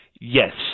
Yes